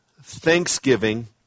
thanksgiving